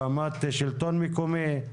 ברמת שלטון מקומי.